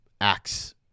acts